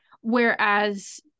Whereas-